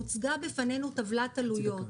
הוצגה בפנינו טבלת עלויות,